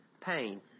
pain